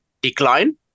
decline